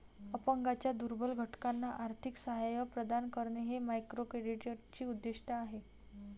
अपंगांच्या दुर्बल घटकांना आर्थिक सहाय्य प्रदान करणे हे मायक्रोक्रेडिटचे उद्दिष्ट आहे